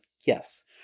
yes